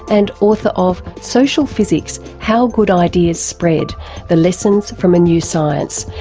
and author of social physics how good ideas spread the lessons from a new science,